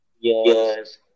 yes